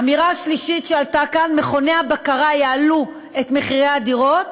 אמירה שלישית שעלתה כאן: מכוני הבקרה יעלו את מחירי הדירות,